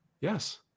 Yes